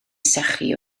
sychu